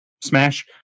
Smash